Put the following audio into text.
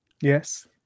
Yes